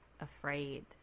afraid